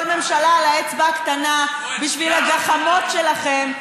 ממשלה על האצבע הקטנה בשביל הגחמות שלכם,